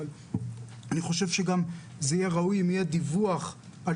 אבל אני חושב שגם זה יהיה ראוי אם יהיה דיווח על